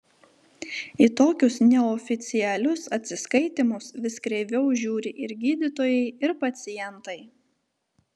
į tokius neoficialius atsiskaitymus vis kreiviau žiūri ir gydytojai ir pacientai